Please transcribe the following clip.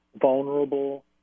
vulnerable